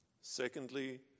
Secondly